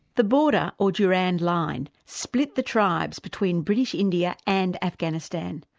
the border, or durand line, split the tribes between british india and afghanistan.